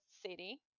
city